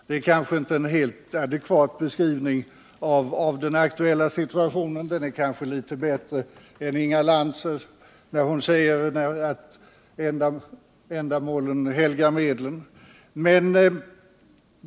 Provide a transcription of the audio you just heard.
Det är kanske inte en helt adekvat beskrivning av den aktuella situationen, även om den kanske är litet bättre än Inga Lantz talesätt att ändamålen helgar medlen.